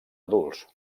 adults